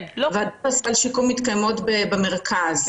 ועדות סל שיקום מתקיימות במרכז,